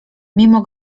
mimo